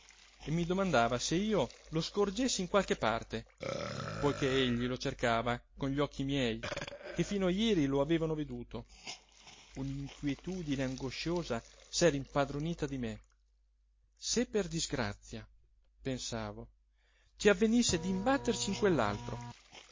e mi domandava se io lo scorgessi in qualche parte poiché egli lo cercava con gli occhi miei che fino a jeri lo avevano veduto un'inquietudine angosciosa s'era impadronita di me se per disgrazia pensavo ci avvenisse d'imbatterci in